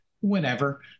whenever